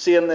Sedan